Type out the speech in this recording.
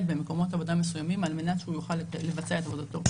במקומות עבודה מסוימים על מנת שהוא יוכל לבצע את עבודתו.